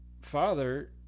father